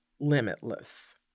limitless